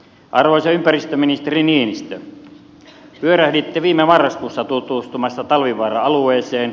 arvoisa ympäristöministeri niinistö pyörähditte viime marraskuussa tutustumassa talvivaaran alueeseen